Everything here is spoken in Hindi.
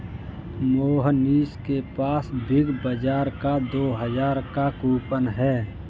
मोहनीश के पास बिग बाजार का दो हजार का कूपन है